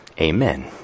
Amen